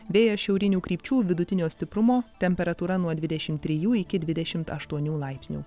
vėjas šiaurinių krypčių vidutinio stiprumo temperatūra nuo dvidešim trijų iki dvidešim aštuonių laipsnių